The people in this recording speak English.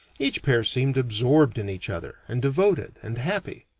each pair seemed absorbed in each other, and devoted and happy.